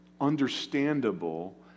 understandable